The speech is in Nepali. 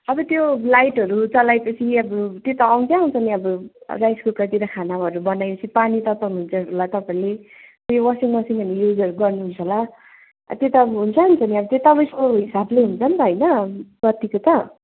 अब त्यो लाइटहरू चलाएपछि अब त्यो त आउँछै आउँछ नि अब राइस कुकरतिर खानाहरू बनाएपछि पानी तताउनुहुन्छ होला तपाईँले अनि वासिङ मसिनहरू युजहरू गर्नुहुन्छ होला त्यो त अब हुन्छ नि त अब त्यो त ऊ यसको हिसाबले हुन्छ नि त हैन बत्तीको त